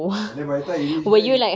and then by the time we reach there he